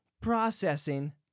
processing